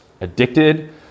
addicted